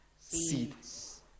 Seeds